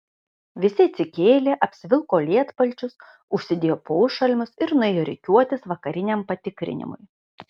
visi atsikėlė apsivilko lietpalčius užsidėjo pošalmius ir nuėjo rikiuotis vakariniam patikrinimui